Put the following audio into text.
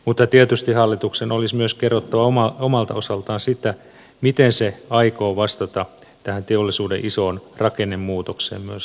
mutta tietysti hallituksen olisi myös kerrottava omalta osaltaan miten se aikoo vastata tähän teollisuuden isoon rakennemuutokseen myös laajemmin